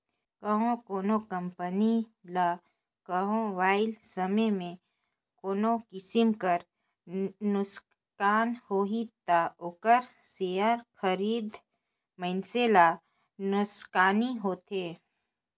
कहों कोनो कंपनी ल कहों अवइया समे में कोनो किसिम कर नोसकान होही ता ओकर सेयर खरीदे मइनसे ल नोसकानी होथे